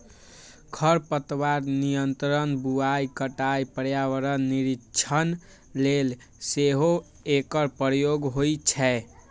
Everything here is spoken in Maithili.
खरपतवार नियंत्रण, बुआइ, कटाइ, पर्यावरण निरीक्षण लेल सेहो एकर प्रयोग होइ छै